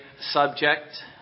subject